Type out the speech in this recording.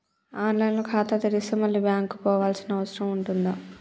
On line లో ఖాతా తెరిస్తే మళ్ళీ బ్యాంకుకు పోవాల్సిన అవసరం ఉంటుందా?